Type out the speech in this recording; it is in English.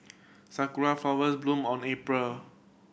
sakura flowers bloom around April